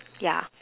yeah